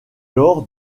lors